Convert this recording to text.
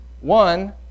One